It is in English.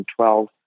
2012